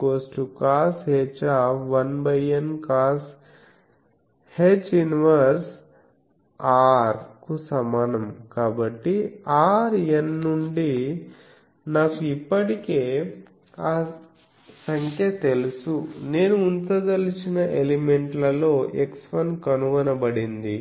cosh1Ncosh 1R కు సమానం కాబట్టి R N నుండి నాకు ఇప్పటికే ఆ సంఖ్య తెలుసు నేను ఉంచదలచిన ఎలిమెంట్లలో x1 కనుగొనబడింది